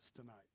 tonight